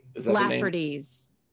Lafferty's